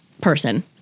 person